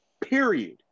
period